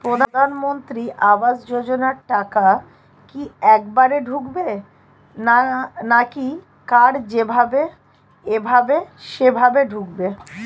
প্রধানমন্ত্রী আবাস যোজনার টাকা কি একবারে ঢুকবে নাকি কার যেভাবে এভাবে সেভাবে ঢুকবে?